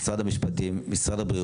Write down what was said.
הדבר היחיד שהוספתי אמבולנס,